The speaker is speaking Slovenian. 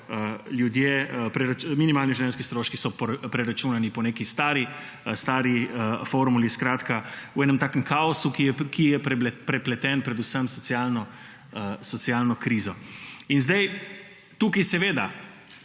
minimalni življenjski stroški so preračunani po neki stari formuli, skratka, v nekem kaosu, ki je prepleten predvsem s socialno krizo. Tukaj seveda